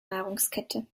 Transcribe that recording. nahrungskette